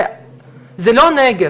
זה לא נגד,